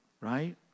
right